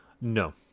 no